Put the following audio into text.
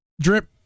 drip